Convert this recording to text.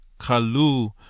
kalu